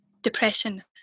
depression